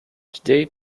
today